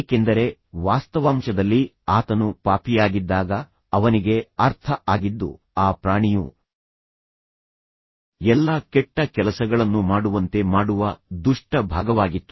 ಏಕೆಂದರೆ ವಾಸ್ತವಾಂಶದಲ್ಲಿ ಆತನು ಪಾಪಿಯಾಗಿದ್ದಾಗ ಅವನಿಗೆ ಅರ್ಥ ಆಗಿದ್ದು ಆ ಪ್ರಾಣಿಯು ಎಲ್ಲಾ ಕೆಟ್ಟ ಕೆಲಸಗಳನ್ನು ಮಾಡುವಂತೆ ಮಾಡುವ ದುಷ್ಟ ಭಾಗವಾಗಿತ್ತು